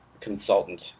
consultant